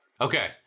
Okay